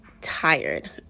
tired